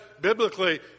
biblically